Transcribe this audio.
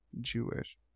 Jewish